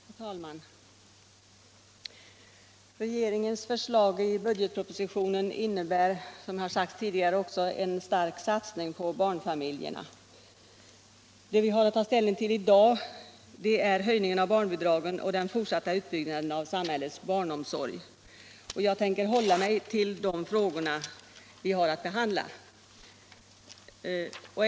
Herr talman! Regeringens förslag i budgetpropositionen innebär — det har sagts tidigare — en stark satsning på barnfamiljerna. Det vi har att ta ställning till i dag är höjningen av barnbidragen och den fortsatta utbyggnaden av samhällets barnomsorg. Jag tänker hålla mig till de frågorna.